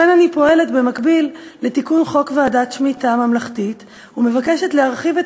לכן אני פועלת במקביל לתיקון חוק ועדת שמיטה ממלכתית ומבקשת להרחיב את